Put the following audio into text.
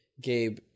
Gabe